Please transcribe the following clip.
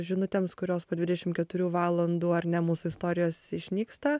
žinutėms kurios po dvidešim keturių valandų ar ne mūsų istorijos išnyksta